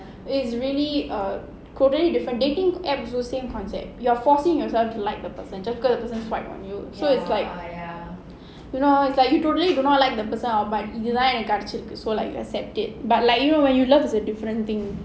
it's really err totally different dating applications those same concept you're forcing yourself to like the person just because the person swipe on you so it's like you know it's like you totally do not like the person all but இதுதான் எனக்கு கிடைச்சிருக்கு:idhuthaan enakku kidachiruku so like you accept it but like you know when you love it's a different thing